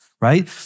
right